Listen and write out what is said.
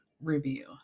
review